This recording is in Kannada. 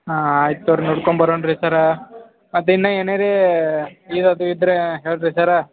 ಹಾಂ ಆಯ್ತು ತೊಗೊರಿ ನೋಡ್ಕೊಂಬರೋಣ ರೀ ಸರ್ ಅದು ಇನ್ನೂ ಏನು ರೀ ಈಗ ಅದು ಇದ್ದರೆ ಹೇಳಿರಿ ಸರ್